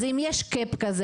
ואם יש קאפ כזה